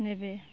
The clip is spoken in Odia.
ନେବେ